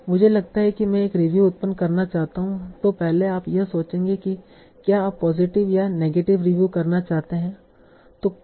मुझे लगता है कि मैं एक रिव्यु उत्पन्न करना चाहता हूं तों पहले आप यह सोचते हैं कि क्या आप पॉजिटिव या नेगेटिव रिव्यु करना चाहते हैं